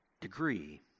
degree